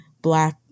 black